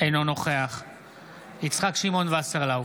אינו נוכח יצחק שמעון וסרלאוף,